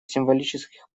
символических